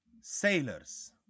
sailors